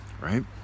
right